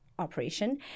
operation